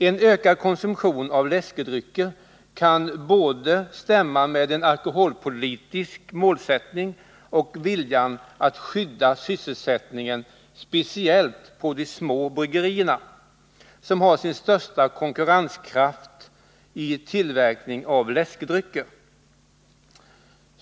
En ökad konsumtion av läskedrycker kan både stämma med en alkoholpolitisk målsättning och med viljan att skydda sysselsättningen speciellt på de små bryggerierna, som har sin största konkurrenskraft vid tillverkning av läskedrycker.